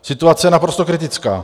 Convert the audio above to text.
Situace je naprosto kritická.